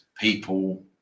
people